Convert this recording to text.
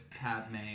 Padme